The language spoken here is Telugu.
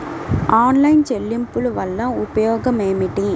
ఆన్లైన్ చెల్లింపుల వల్ల ఉపయోగమేమిటీ?